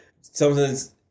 Something's